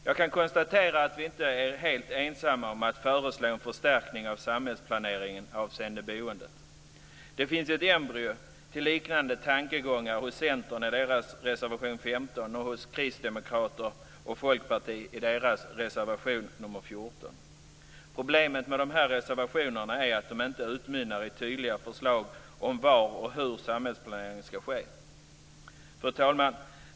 Jag kan konstatera att vi inte är helt ensamma om att föreslå en förstärkning av samhällsplaneringen avseende boendet. Det finns ett embryo till liknande tankegångar hos Centern i deras reservation 15 och hos Kristdemokraterna och Folkpartiet i deras reservation 14. Problemet med dessa reservationer är att de inte utmynnar i tydliga förslag om var och hur samhällsplaneringen ska ske. Fru talman!